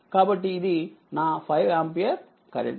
కాబట్టి ఇది నా5 ఆంపియర్కరెంట్